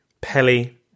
Pelly